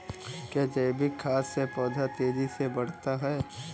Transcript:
क्या जैविक खाद से पौधा तेजी से बढ़ता है?